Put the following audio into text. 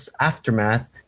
Aftermath